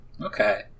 Okay